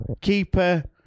keeper